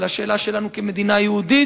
לשאלה שלנו כמדינה יהודית.